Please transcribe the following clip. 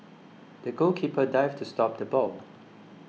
the goalkeeper dived to stop the ball